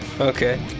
Okay